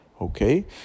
okay